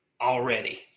already